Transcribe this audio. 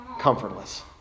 comfortless